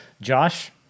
Josh